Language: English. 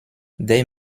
their